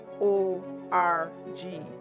o-r-g